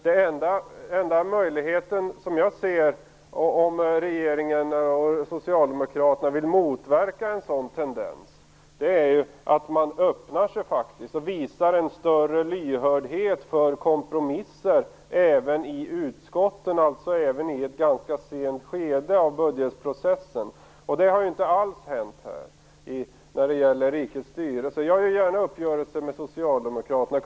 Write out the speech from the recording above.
Den enda möjligheten, om regeringen och Socialdemokraterna vill motverka en sådan tendens, är, som jag ser saken, att man faktiskt öppnar sig och visar större lyhördhet för kompromisser även i utskotten, alltså även i ett ganska sent skede av budgetprocessen. Så har det inte alls varit när det gäller rikets styrelse. Jag träffar gärna uppgörelser med Socialdemokraterna.